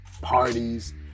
parties